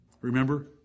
Remember